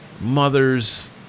Mother's